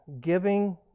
giving